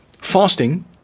fasting